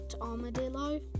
armadillo